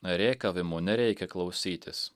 rėkavimų nereikia klausytis